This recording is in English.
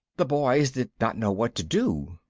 the boys did not know what to do.